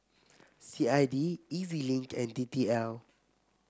C I D E Z Link and D T L